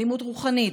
אלימות רוחנית.